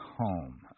home